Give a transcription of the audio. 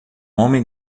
homem